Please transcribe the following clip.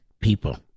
people